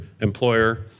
employer